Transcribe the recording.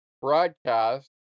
broadcast